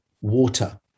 water